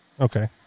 Okay